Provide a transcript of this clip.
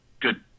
good